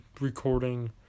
recording